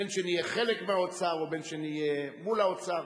בין שנהיה חלק מהאוצר ובין שנהיה מול האוצר,